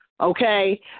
okay